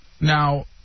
Now